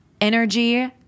energy